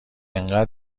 انقدر